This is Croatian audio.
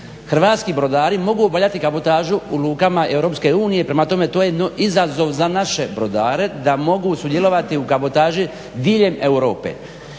hrvatski brodari mogu obavljati kabotažu u lukama EU. Prema tome, to je izazov za naše brodare da mogu sudjelovati u kabotaži diljem Europe